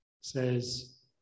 says